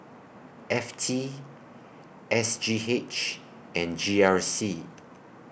F T S G H and G R C